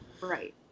Right